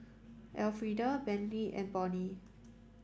Elfrieda Brantley and Bonny